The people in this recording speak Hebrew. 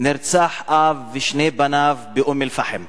נרצחו אב ושני בניו באום-אל-פחם.